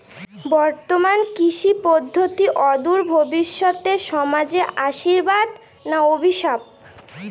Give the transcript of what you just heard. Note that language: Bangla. বর্তমান কৃষি পদ্ধতি অদূর ভবিষ্যতে সমাজে আশীর্বাদ না অভিশাপ?